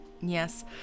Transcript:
Yes